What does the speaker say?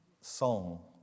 song